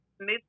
move